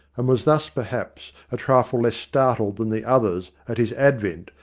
and was thus perhaps a trifle less startled than the others at his advent,